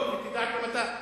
תבדוק, תדע גם אתה.